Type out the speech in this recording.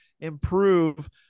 improve